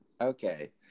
Okay